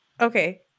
Okay